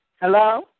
Hello